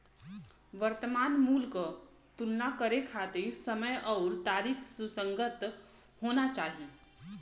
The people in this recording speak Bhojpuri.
वर्तमान मूल्य क तुलना करे खातिर समय आउर तारीख सुसंगत होना चाही